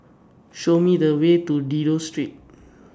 Show Me The Way to Dido Street